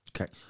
Okay